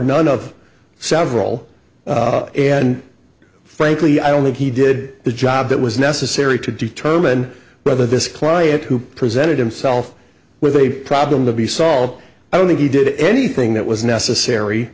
none of several and frankly i don't think he did the job that was necessary to determine whether this client who presented himself with a problem to be solved only he did anything that was necessary